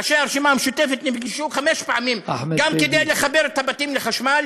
ראשי הרשימה המשותפת נפגשו חמש פעמים גם כדי לחבר את הבתים לחשמל,